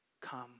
Come